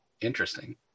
interesting